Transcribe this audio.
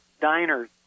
diners